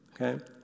okay